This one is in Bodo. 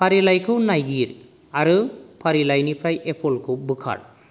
फारिलाइखौ नायगिर आरो फारिलाइनिफ्राय एपलखौ बोखाथ